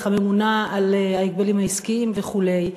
הממונה על ההגבלים העסקיים וכו';